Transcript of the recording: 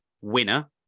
winner